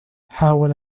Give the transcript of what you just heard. حاول